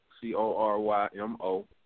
C-O-R-Y-M-O